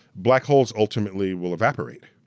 black holes, ultimately, will evaporate,